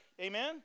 Amen